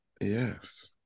Yes